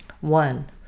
One